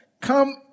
come